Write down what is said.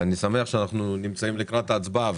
ואני שמח שאנחנו נמצאים לקראת ההצבעה,